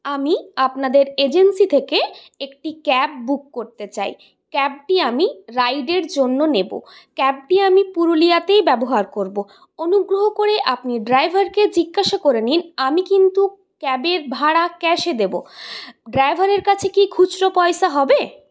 আমি আপনাদের এজেন্সি থেকে একটি ক্যাব বুক করতে চাই ক্যাবটি আমি রাইডের জন্য নেব ক্যাবটি আমি পুরুলিয়াতেই ব্যবহার করবো অনুগ্রহ করে আপনি ড্রাইভারকে জিজ্ঞাসা করে নিন আমি কিন্তু ক্যাবের ভাড়া ক্যাশে দেব ড্রাইভারের কাছে কি খুচরো পয়সা হবে